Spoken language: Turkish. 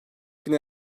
bine